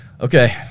okay